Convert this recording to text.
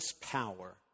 power